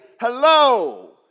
hello